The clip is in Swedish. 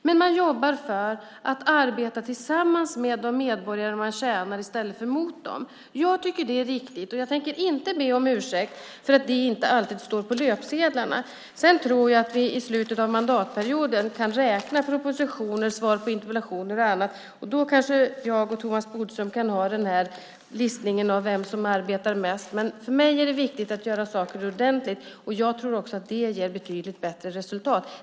Men man jobbar för att arbeta tillsammans med de medborgare man tjänar i stället för mot dem. Jag tycker att det är riktigt, och jag tänker inte be om ursäkt för att det inte alltid står på löpsedlarna. Sedan tror jag att när vi i slutet av mandatperioden kan räkna propositioner, svar på interpellationer och annat kanske jag och Thomas Bodström kan göra listningen av vem som arbetar mest. Men för mig är det viktigt att göra saker ordentligt. Jag tror också att det ger betydligt bättre resultat.